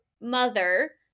mother